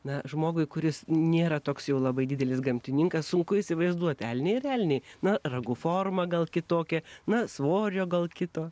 na žmogui kuris nėra toks jau labai didelis gamtininkas sunku įsivaizduoti elniai elniai na ragų forma gal kitokia na svorio gal kito